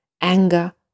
anger